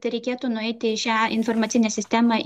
tereikėtų nueiti į šią informacinę sistemą